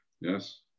yes